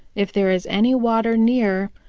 if there is any water near,